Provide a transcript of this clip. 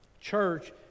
church